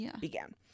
began